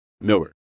Miller